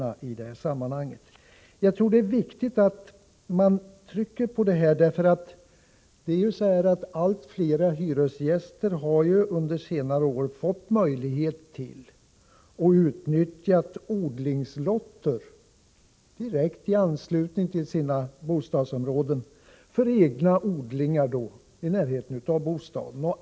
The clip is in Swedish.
Jag tror att det är viktigt att man trycker på behovet av förvaringsutrymmen. Allt fler hyresgäster har under senare år fått möjlighet att utnyttja — och utnyttjat — odlingslotter i direkt anslutning till sina bostadsområden för egna odlingar i närheten av bostaden.